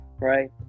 Right